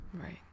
Right